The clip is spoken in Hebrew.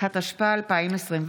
התשפ"א 2021,